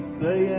say